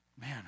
Man